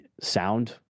sound